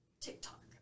TikTok